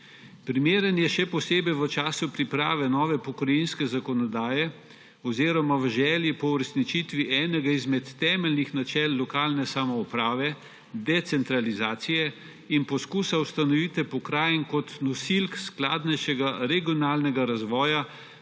Primeren je še posebej v času priprave nove pokrajinske zakonodaje oziroma v želji po uresničitvi enega izmed temeljnih načel lokalne samouprave, decentralizacije in poskusa ustanovitve pokrajin kot nosilk skladnejšega regionalnega razvoja,